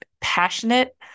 passionate